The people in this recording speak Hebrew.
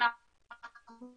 שאנחנו